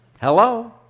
Hello